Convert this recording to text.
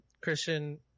Christian